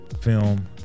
film